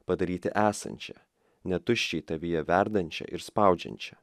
padaryti esančią ne tuščiai tavyje verdančią ir spaudžiančią